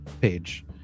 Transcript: page